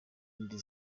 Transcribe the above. irindi